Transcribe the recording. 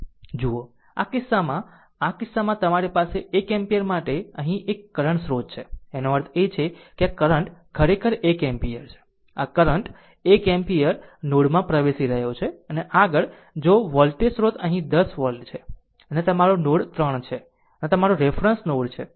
જુઓ આ કિસ્સામાં આ કિસ્સામાં તમારી પાસે 1 એમ્પીયર માટે અહીં એક કરંટ સ્રોત છે એનો અર્થ એ કે આ કરંટ ખરેખર 1 એમ્પીયર છે આ કરંટ 1 એમ્પીયર નોડ માં પ્રવેશી રહ્યો છે અને આગળ જો વોલ્ટેજ સ્ત્રોત અહીં 10 વોલ્ટ છે અને આ તમારું નોડ 3 છે અને આ તમારું રેફરન્સ નોડ છે